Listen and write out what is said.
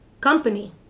company